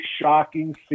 shocking